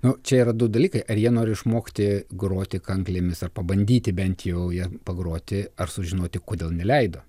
nu čia yra du dalykai ar jie nori išmokti groti kanklėmis ar pabandyti bent jau ja pagroti ar sužinoti kodėl neleido